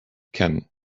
can